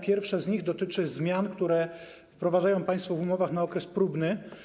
Pierwsze z nich dotyczy zmian, które wprowadzają państwo w umowach na okres próbny.